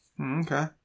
Okay